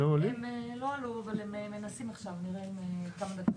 אילת פלדמן,